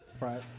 Right